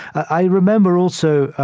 i remember, also,